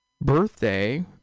birthday